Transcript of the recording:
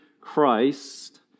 Christ